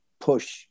push